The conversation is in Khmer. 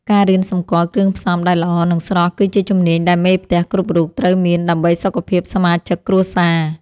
ការរៀនសម្គាល់គ្រឿងផ្សំដែលល្អ និងស្រស់គឺជាជំនាញដែលមេផ្ទះគ្រប់រូបត្រូវតែមានដើម្បីសុខភាពសមាជិកគ្រួសារ។